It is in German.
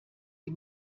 die